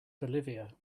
bolivia